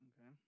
Okay